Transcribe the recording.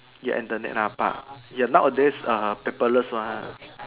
ya Internet lah but ya nowadays err paperless one